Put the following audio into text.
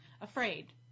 afraid